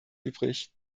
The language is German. übrig